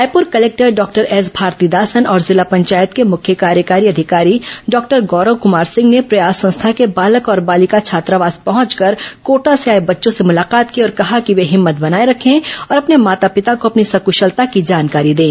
Raipur collector doctor S Bharathidasan और जिला पंचायत के मुख्य कार्यकारी अधिकारी डॉक्टर गौरव कुमार सिंह ने प्रयास संस्था के बालक और बालिका छात्रावास पहुंच कर कोटा से आए बच्चों से मुलाकात की और कहा कि वे हिम्मत बनाय रखे और अपने माता पिता को अपनी सकृशलता की जानकारी दें